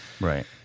right